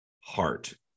heart